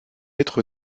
être